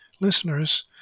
Listeners